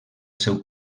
seu